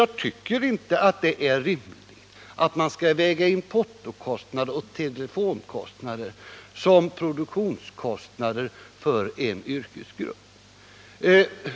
Jag tycker inte att det är rimligt att man skall väga in portokostnader och telefonkostnader som produktionskostnader för denna yrkesgrupp.